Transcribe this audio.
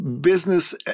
business